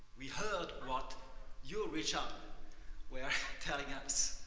we heard what you reach out were telling us.